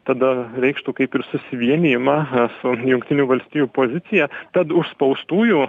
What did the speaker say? tada reikštų kaip ir susivienijimą su jungtinių valstijų pozicija tad užspaustųjų